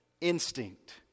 instinct